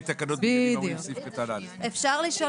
אין אפשרות.